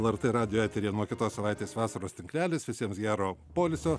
lrt radijo eteryje nuo kitos savaitės vasaros tinklelis visiems gero poilsio